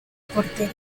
portero